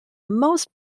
most